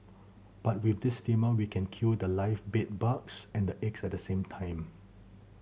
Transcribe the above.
but with this steamer we can kill the live bed bugs and the eggs at the same time